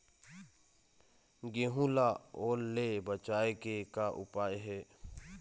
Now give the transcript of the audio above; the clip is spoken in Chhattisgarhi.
गेहूं ला ओल ले बचाए के का उपाय हे?